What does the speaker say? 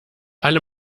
alle